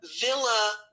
villa